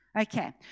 Okay